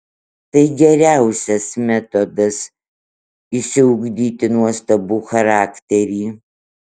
tai geriausias metodas išsiugdyti nuostabų charakterį